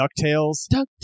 Ducktales